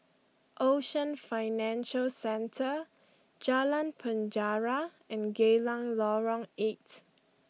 Ocean Financial Centre Jalan Penjara and Geylang Lorong eight